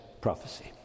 prophecy